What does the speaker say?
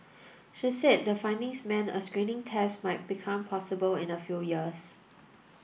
she said the findings meant a screening test might become possible in a few years